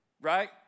right